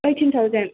eighteen thousand